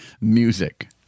music